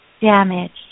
damaged